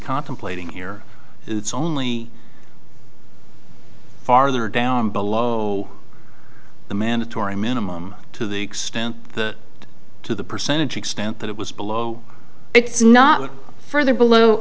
contemplating here it's only farther down below the mandatory minimum to the extent that to the percentage extent that it was below it's not much further below